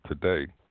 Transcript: today